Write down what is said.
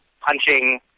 punching